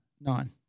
Nine